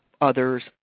others